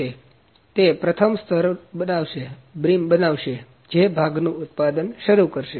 તેથી તે પ્રથમ સ્તરની બનાવશે બ્રિમ જે ભાગનું ઉત્પાદન શરૂ કરશે